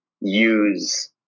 use